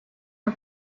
her